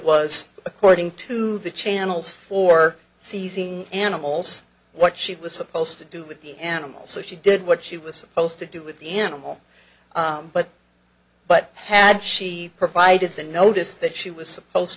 was according to the channels for seizing animals what she was supposed to do with the animals so she did what she was supposed to do with the animal but but had she provided the notice that she was supposed